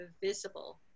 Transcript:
visible